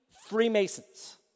freemasons